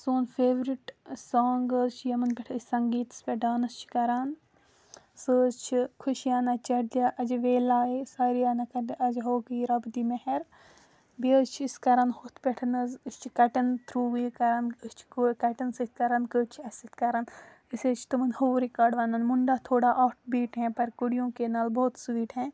سون فیورِٹ ٲں سوٛانٛگ حظ چھُ یِمَن پٮ۪ٹھ أسۍ سنٛگیٖتَس پٮ۪ٹھ ڈانٕس چھِ کَران سُہ حظ چھِ خوشیانہ چَڑھ دیا اجہٕ ویلایے ساریانہ اجہٕ ہو گیی رَب دی مہر بیٚیہِ حظ چھِ أسۍ کَران ہۄتھ پٮ۪ٹھ حظ أسۍ چھِ کَٹن تھرٛوٗ یہِ کَران أسۍ چھِ کَٹیٚن سۭتۍ کَرَن کٔٹۍ چھِ اسہِ سۭتۍ کَران أسۍ حظ چھِ تِمَن ہو رِکارڈ وَنان مُنٛڈا تھوڑا آٹھ بیٖٹ ہے پَر کُڈیو کے نَل بہت سویٖٹ ہیں